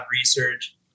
research